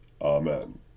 Amen